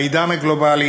העידן הגלובלי